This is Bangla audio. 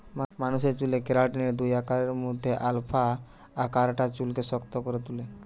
মানুষের চুলেতে কেরাটিনের দুই আকারের মধ্যে আলফা আকারটা চুলকে শক্ত করে তুলে